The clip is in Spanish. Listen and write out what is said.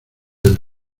del